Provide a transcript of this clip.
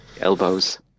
elbows